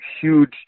huge